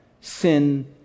sin